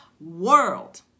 world